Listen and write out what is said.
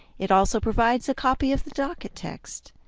it also provides a copy of the docket text.